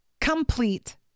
complete